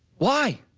why?